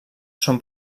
són